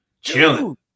chilling